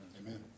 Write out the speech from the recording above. Amen